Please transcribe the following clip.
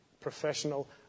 professional